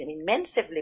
immensely